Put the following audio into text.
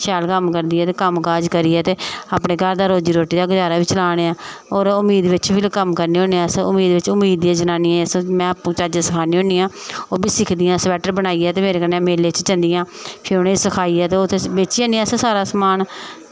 शैल कम्म करदी ऐ ते कम्म काज़ करियै ते अपने घर दा रोजी रोटी दा गज़ारा बी चला ने आं होर उम्मीद बिच बी कम्म करने होने आं अस उम्मीद बिच उम्मीद दियें जनानियें ई में आपूं चज्ज सखानी होनी आं ओह्बी सिखदियां स्वेटर बनाइयै ते मेरे कन्नै मेले च जंदियां फ्ही उ'नें ई सखाइयै ते ओह् उत्थें बेची आने अस सारा समान